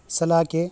ಸಲಾಕೆ